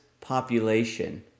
population